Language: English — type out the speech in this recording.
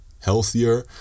healthier